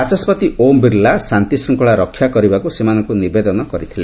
ବାଚସ୍କତି ଓମ୍ ବିର୍ଲା ଶାନ୍ତିଶୃଙ୍ଖଳା ରକ୍ଷା କରିବାକୁ ସେମାନଙ୍କୁ ନିବେଦନ କରିଥିଲେ